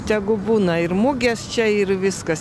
tegu būna ir mugės čia ir viskas